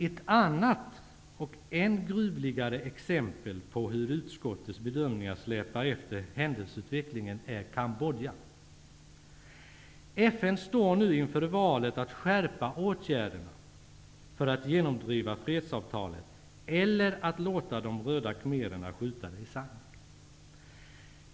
Ett annat -- och än gruvligare -- exempel på hur utskottets bedömningar släpar efter händelseutvecklingen är Kambodja. FN står nu inför valet att skärpa åtgärderna för att genomdriva fredsavtalet eller att låta de röda khmererna skjuta det i sank.